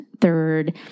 third